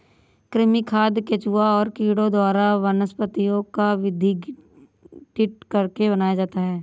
कृमि खाद केंचुआ और कीड़ों द्वारा वनस्पतियों को विघटित करके बनाया जाता है